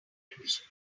decryption